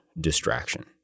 distraction